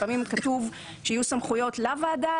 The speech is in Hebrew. לפעמים כתוב שיהיו סמכויות לוועדה,